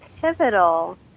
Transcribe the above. pivotal